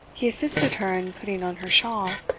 he assisted her in putting on her shawl,